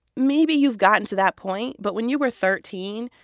maybe you've gotten to that point, but when you were thirteen,